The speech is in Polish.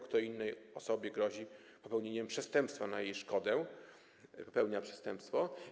Kto innej osobie grozi popełnieniem przestępstwa na jej szkodę, popełnia przestępstwo.